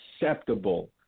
acceptable